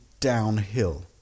downhill